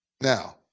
Now